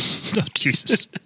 Jesus